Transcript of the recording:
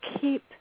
keep